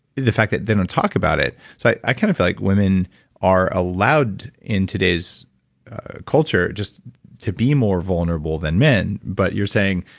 the fact that they don't talk about it. so i kind of feel like women are allowed, in today's culture, just to be more vulnerable than men. but you're saying,